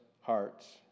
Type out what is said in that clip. hearts